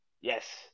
yes